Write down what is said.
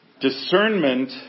Discernment